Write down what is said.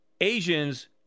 Asians